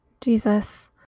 Jesus